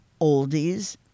oldies